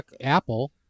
Apple